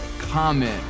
comment